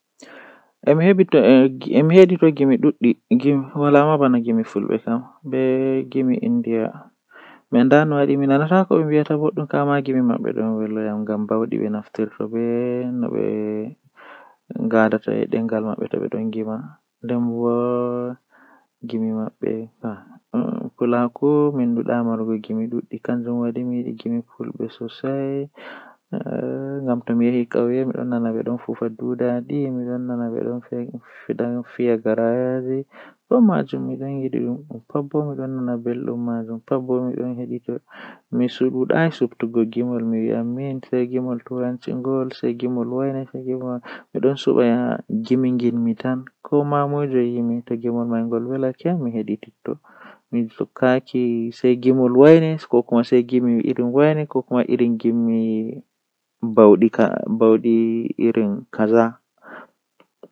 Ko laawol njamaande, Duum njikataaɗo faamini e njogorde ɓuri. Ko ɓe njogirɗi toɓɓe njammaaji e njarɗi, Ko no njogoree kaɓe ngoodi, Toɓɓe ɗi njamaande e naatugol njogordi njijjigiri ngoodi ɓuri njogoreeteeɗi.